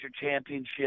championship